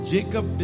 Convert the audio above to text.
Jacob